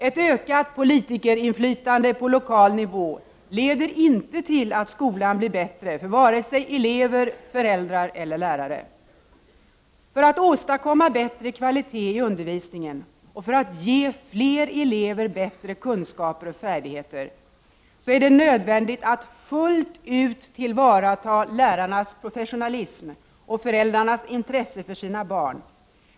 Ett ökat politikerinflytande på lokal nivå leder inte till att skolan blir bättre för vare sig elever, föräldrar eller lärare. För att åstadkomma bättre kvalitet i undervisningen och ge fler elever bättre kunskaper och färdigheter, är det nödvändigt att fullt ut tillvarata lärarnas professionalism och föräldrarnas intresse för sina barn.